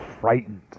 frightened